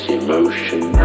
emotions